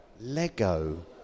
Lego